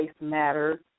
matters